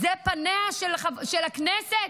אלה פניה של הכנסת?